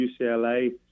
UCLA